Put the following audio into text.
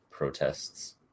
Protests